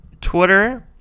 Twitter